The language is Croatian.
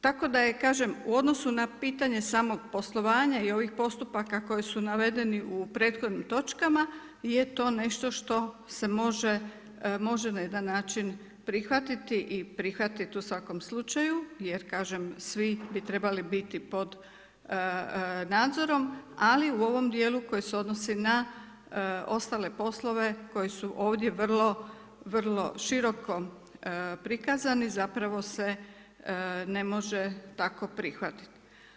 Tako da je, kažem, u odnosu na pitanje samog poslovanja i ovih postupaka koji su navedeni u prethodnim točkama, je to nešto što se može na jedan način prihvatiti i prihvatiti u svakom slučaju jer kažem svi bi trebali biti pod nadzorom, ali u ovom dijelu koji se odnosi na ostale poslove koji su ovdje vrlo široko prikazani zapravo se ne može tako prihvatiti.